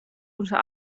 unter